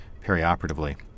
perioperatively